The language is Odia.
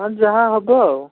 ହଁ ଯାହା ହେବ ଆଉ